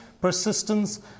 persistence